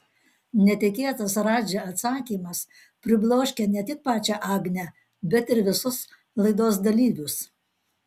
netikėtas radži atsakymas pribloškė ne tik pačią agnę bet ir visus laidos dalyvius